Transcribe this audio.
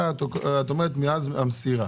את אומרת: מאז המסירה.